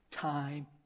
time